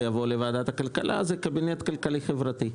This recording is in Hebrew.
יבוא לוועדת הכלכלה - קבינט כלכלי חברתי.